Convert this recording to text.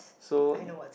so